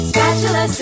spatula